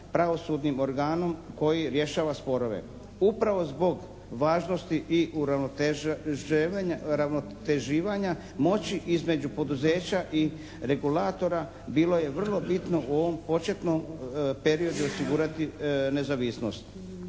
pravosudnim organom koji rješava sporove. Upravo zbog važnosti i uravnoteživanja moći između poduzeća i regulatora bilo je vrlo bitno u ovom početnom periodu osigurati nezavisnost.